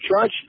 judge